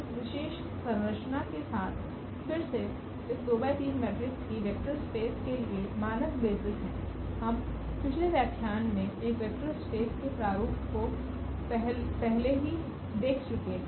इस विशेष संरचना के साथ फिर से इस 2x3 मैट्रिक्स कीवेक्टर स्पेस के लिए मानक बेसिस हैं हम पिछले व्याख्यान में एक वेक्टर स्पेस के प्रारूप को पहले ही देख चुके हैं